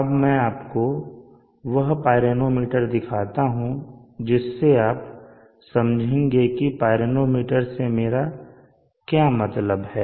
अब मैं आपको वह पाइरोमीटर दिखाता हूं जिससे आप समझेंगे कि पाइरोमीटर से मेरा क्या मतलब है